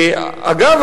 אגב,